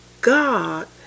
God